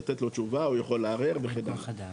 לתת לו תשובה, הוא יכול לערער וכן הלאה.